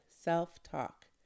self-talk